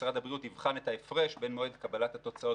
שמשרד הבריאות יבחן את ההפרש בין מועד קבלת התוצאות